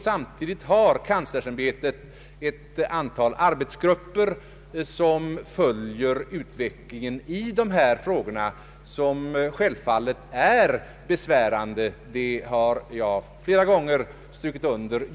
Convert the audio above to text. Samtidigt har kanslersämbetet ett antal arbetsgrupper som följer utvecklingen i dessa frågor, som självfallet är besvärande just under övergångsperioden — det har jag flera gånger strukit under.